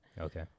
Okay